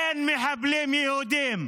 אין מחבלים יהודים.